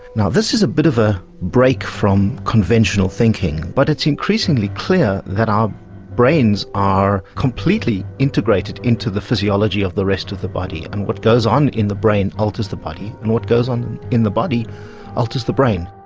now this is a bit of a break from conventional thinking but it's increasingly clear that our brains are completely integrated into the physiology of the rest of the body, and what goes on in the brain alters the body and what goes on in the body alters the brain.